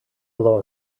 blow